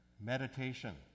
meditation